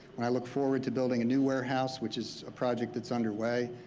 i look forward to building a new warehouse, which is a project that's under way.